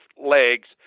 legs